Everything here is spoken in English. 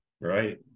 Right